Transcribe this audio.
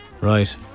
right